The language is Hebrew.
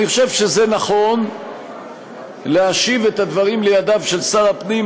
אני חושב שזה נכון להשיב את הדברים לידיו של שר הפנים,